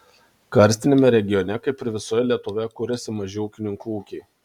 karstiniame regione kaip ir visoje lietuvoje kuriasi maži ūkininkų ūkiai